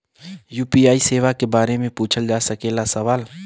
UPI सेवा के बारे में पूछ जा सकेला सवाल?